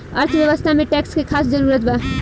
अर्थव्यवस्था में टैक्स के खास जरूरत बा